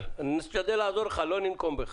אני משתדל לעזור לך, לא ננקום בך.